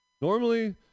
Normally